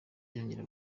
yongera